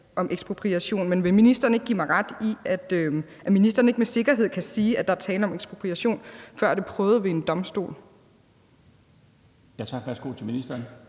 om ekspropriation. Men vil ministeren ikke give mig ret i, at ministeren ikke med sikkerhed kan sige, at der er tale om ekspropriation, før det er prøvet ved en domstol? Kl. 15:33 Den